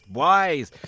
wise